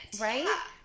Right